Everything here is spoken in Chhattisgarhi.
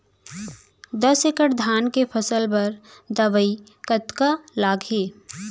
दस एकड़ धान के फसल बर दवई कतका लागही?